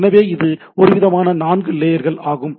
எனவே இது ஒருவிதமான 4 லேயர்கள் ஆகும்